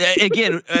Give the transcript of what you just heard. again